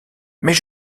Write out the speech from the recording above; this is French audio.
mais